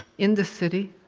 in the city.